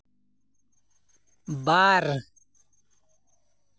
ᱵᱟᱨ